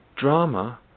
Drama